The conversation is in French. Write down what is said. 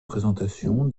présentation